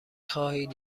خواهید